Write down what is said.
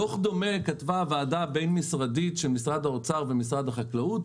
דוח דומה כתבה הוועדה הבין-משרדית של משרד האוצר ומשרד החקלאות,